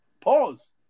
Pause